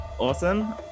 awesome